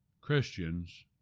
Christians